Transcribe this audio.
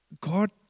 God